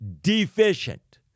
deficient